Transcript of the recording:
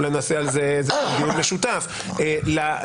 אולי נעשה על זה דיון משותף להסדרים